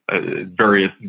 various